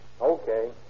Okay